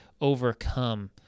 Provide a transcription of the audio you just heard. overcome